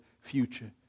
future